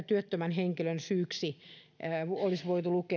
työttömän henkilön syyksi olisi voitu lukea